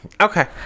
Okay